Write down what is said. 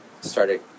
started